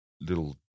little